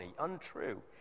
untrue